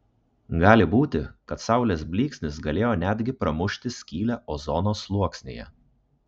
gali būti kad saulės blyksnis galėjo netgi pramušti skylę ozono sluoksnyje